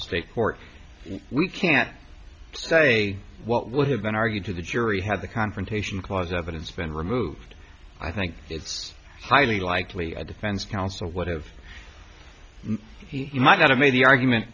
state court we can't say what would have been argued to the jury had the confrontation clause evidence been removed i think it's highly likely a defense counsel would have he might not have made the argument